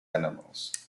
animals